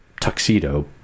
tuxedo